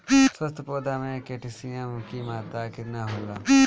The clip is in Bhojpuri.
स्वस्थ पौधा मे पोटासियम कि मात्रा कितना होला?